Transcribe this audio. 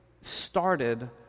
started